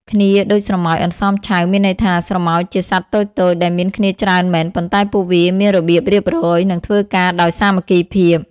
«គ្នាដូចស្រមោចអន្សមឆៅ» មានន័យថា ស្រមោចជាសត្វតូចៗដែលមានគ្នាច្រើនមែន ប៉ុន្តែពួកវាមានរបៀបរៀបរយ និងធ្វើការដោយសាមគ្គីភាព។